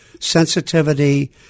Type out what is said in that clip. sensitivity